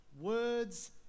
Words